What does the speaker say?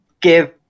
give